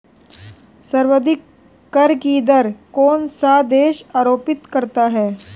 सर्वाधिक कर की दर कौन सा देश आरोपित करता है?